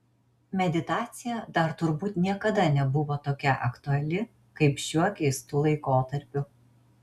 meditacija dar turbūt niekada nebuvo tokia aktuali kaip šiuo keistu laikotarpiu